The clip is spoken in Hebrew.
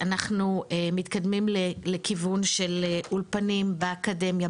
אנחנו מתקדמים לכיוון של אולפנים באקדמיה,